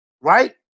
right